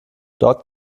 dort